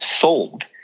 sold